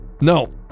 No